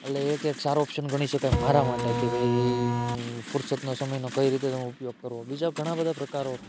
એટલે એક એ સારો ઓપ્શન ગણી શકાય મારા માટે કે ભાઈ હું ફુરસતનો સમયનો કઈ રીતેનો ઉપયોગ કરવો બીજા ઘણા બધા પ્રકારો